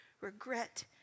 regret